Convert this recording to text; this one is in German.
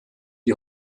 die